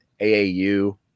AAU